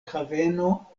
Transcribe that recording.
haveno